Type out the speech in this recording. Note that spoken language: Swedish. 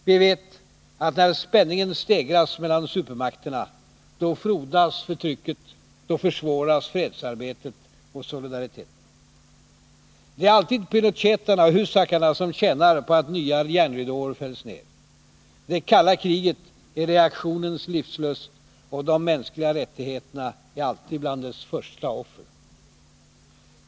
Vi vet att när spänningen stegras mellan supermakterna, då frodas förtrycket, då försvåras fredsarbetet och solidariteten. Det är alltid Pinochetarna och Husakarna som tjänar på att nya järnridåer fälls ned. Det kalla kriget är reaktionens livsluft, och de mänskliga rättigheterna är alltid bland dess första offer.